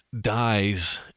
dies